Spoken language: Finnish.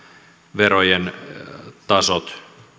verojen tasot